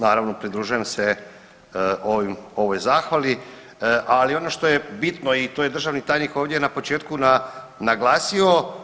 Naravno pridružujem se ovim, ovoj zahvali, ali ono što je bitno i to je državni tajnik ovdje na početku naglasio.